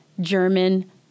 German